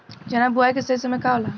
चना बुआई के सही समय का होला?